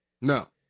No